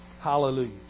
Hallelujah